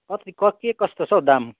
कति के कस्तो छौ दाम